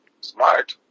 Smart